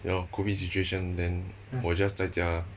ya lor COVID situation then 我 just 在家